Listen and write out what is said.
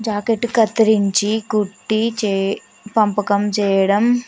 jacket కత్తిరించి కుట్టి పంపకం చేయడం